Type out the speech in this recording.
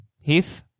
Heath